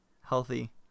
healthy